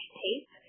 tape